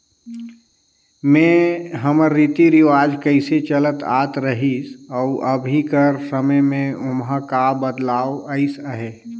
में हमर रीति रिवाज कइसे चलत आत रहिस अउ अभीं कर समे में ओम्हां का बदलाव अइस अहे